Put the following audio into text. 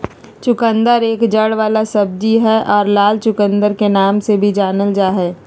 चुकंदर एक जड़ वाला सब्जी हय आर लाल चुकंदर के नाम से भी जानल जा हय